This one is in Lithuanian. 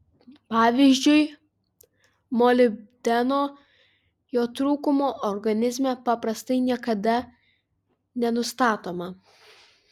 pavyzdžiui molibdeno jo trūkumo organizme paprastai niekada nenustatoma